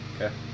Okay